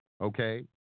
okay